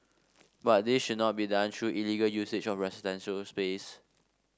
but this should not be done through illegal usage of residential space